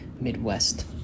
Midwest